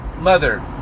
mother